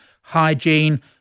hygiene